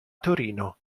torino